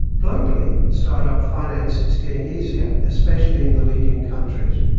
globally startups finance is getting easier especially in the leading countries.